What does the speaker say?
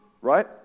right